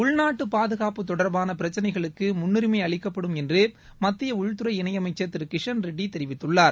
உள்நாட்டு பாதுகாப்பு தொடர்பான பிரச்னைகளுக்கு முனனுரிமை அளிக்கப்படும் என்று மத்திய உள்துறை இணையமைச்சர் திரு கிஷன் ரெட்டி தெரிவித்துள்ளார்